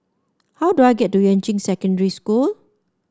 how do I get to Yuan Ching Secondary School